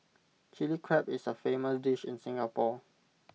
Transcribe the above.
Chilli Crab is A famous dish in Singapore